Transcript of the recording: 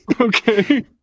Okay